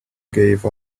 gave